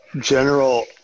general